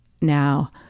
now